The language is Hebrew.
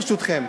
ברשותכם,